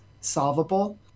solvable